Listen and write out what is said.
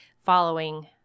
following